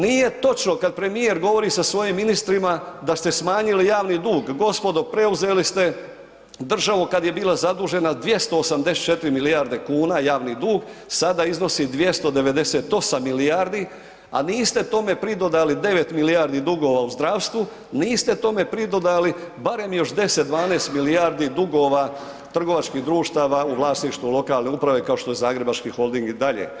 Nije točno kad premijer govori sa svojim ministrima da ste smanjili javni dug, gospodo, preuzeli ste državu kad je bila zadužena 284 milijarde kuna, javni dug, sada iznosi 298 milijardi a niste tome pridodali 9 milijardi dugova u zdravstvu, niste tome pridodali barem još 10, 12 milijardi dugova trgovačkih društava u vlasništvu lokalne uprave kao što je Zagrebački holding i dalje.